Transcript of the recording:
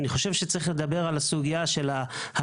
אני חושב שצריך לדבר לצד הסוגיה הזו גם על הסוגיה של ההסדרה.